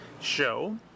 show